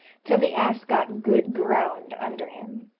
till the ass got good ground under him.